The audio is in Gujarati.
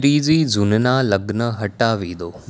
ત્રીજી જૂનનાં લગ્ન હટાવી દો